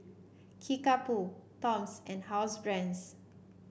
Kickapoo Toms and Housebrands